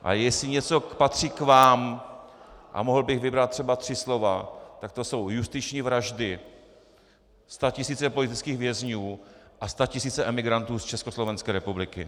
A jestli něco patří k vám a mohl bych vybrat třeba tři slova, tak to jsou justiční vraždy, statisíce politických vězňů a statisíce emigrantů z Československé republiky.